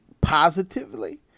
positively